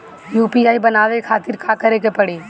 UPI बनावे के खातिर का करे के पड़ी?